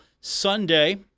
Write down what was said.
Sunday